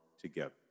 together